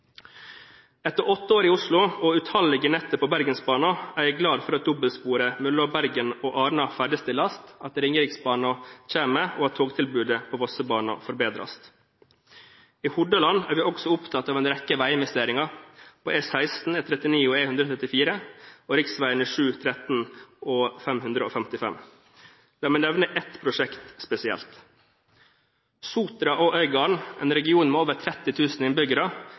Etter åtte år i Oslo, og utallige netter på Bergensbanen, er jeg glad for at dobbeltsporet mellom Bergen og Arna ferdigstilles, at Ringeriksbanen kommer, og at togtilbudet på Vossebanen forbedres. I Hordaland er vi også opptatt av en rekke veiinvesteringer: på E16, E39 og E134, og på rv. 7, rv. 13 og rv. 555. La meg nevne ett prosjekt spesielt: Sotra og Øygarden, en region med over 30 000 innbyggere,